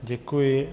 Děkuji.